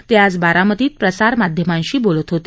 ते आज बारामतीत प्रसारमाध्यमांशी बोलत होते